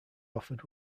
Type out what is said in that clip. offered